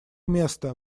место